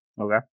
Okay